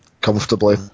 comfortably